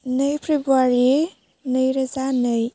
नै फेब्रुवारि नैरोजा नै